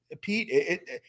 Pete